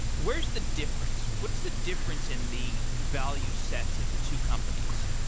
where is the difference? what's the difference in the value sets of the two companies?